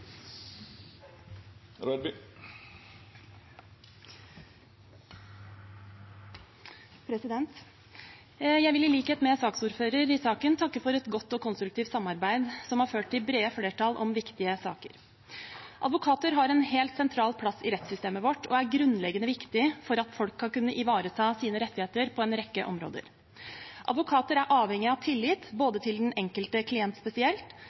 til. Jeg vil i likhet med saksordføreren takke for et godt og konstruktivt samarbeid som har ført til brede flertall om viktige saker. Advokater har en helt sentral plass i rettssystemet vårt og er grunnleggende viktige for at folk skal kunne ivareta sine rettigheter på en rekke områder. Advokater er avhengige av tillit, både hos den enkelte klient spesielt